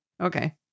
Okay